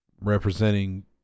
representing